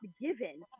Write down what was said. given